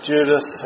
Judas